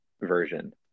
version